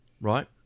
right